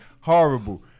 horrible